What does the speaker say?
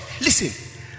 listen